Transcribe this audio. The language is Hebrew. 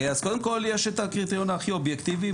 קודם כל יש את הקריטריון הכי אובייקטיבי.